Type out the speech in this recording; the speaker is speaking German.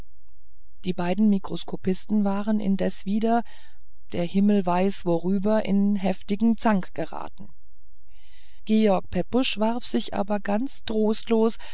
die beiden mikroskopisten waren indessen wieder der himmel weiß worüber in heftigen zank geraten george pepusch warf sich aber ganz trostlos